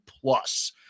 plus